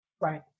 Right